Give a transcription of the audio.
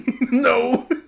No